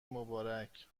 مبارک